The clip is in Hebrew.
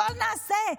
הכול נעשה,